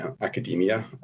academia